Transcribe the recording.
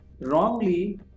wrongly